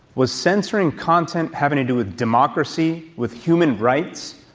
was censoring content having to do with democracy, with human rights,